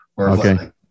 Okay